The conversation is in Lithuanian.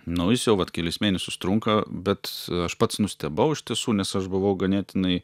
nu jis jau vat kelis mėnesius trunka bet aš pats nustebau iš tiesų nes aš buvau ganėtinai